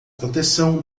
proteção